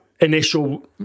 initial